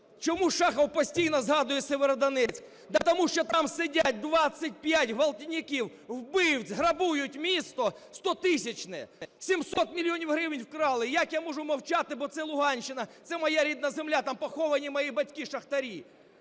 Чому Шахов постійно згадує Сєвєродонецьк? Та тому, що там сидять 25 ґвалтівників, вбивць, грабують місто стотисячне, 700 мільйонів гривень вкрали. Як я можу мовчати? Бо це Луганщина, це моя рідна земля, там поховані мої батьки шахтарі.